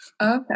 okay